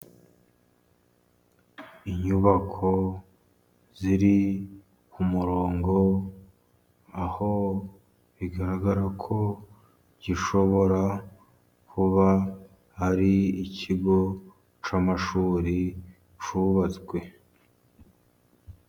Inyubako ziri ku murongo aho bigaragara ko gishobora kuba ari ikigo cy'amashuri cyubatswe.